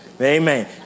Amen